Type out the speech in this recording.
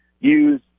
use